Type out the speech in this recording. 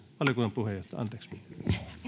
valiokunnan puheenjohtaja